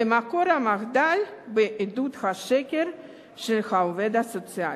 ומקור המחדל, בעדות השקר של העובד הסוציאלי.